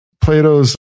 Plato's